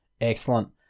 Excellent